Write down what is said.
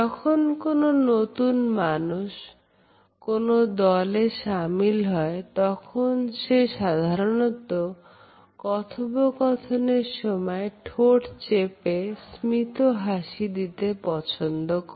যখন কোন নতুন মানুষ কোন দলে শামিল হয় তখন সে সাধারণত কথোপকথনের সময় ঠোঁট চেপে স্মিত হাসি দিতে পছন্দ করে